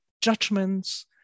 judgments